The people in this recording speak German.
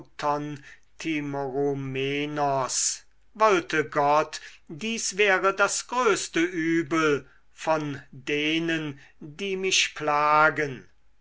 wollte gott dies wäre das größte übel von es denen die mich plagen